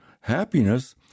happiness